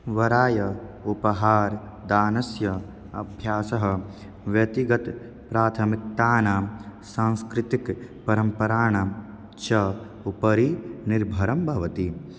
वराय उपहारदानस्य अभ्यासः व्यक्तिगतप्राथमिकतानां सांस्कृतिकपरम्पराणां च उपरि निर्भरं भवति